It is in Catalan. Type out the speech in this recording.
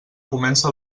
comença